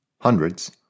Hundreds